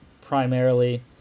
primarily